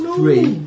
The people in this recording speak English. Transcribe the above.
three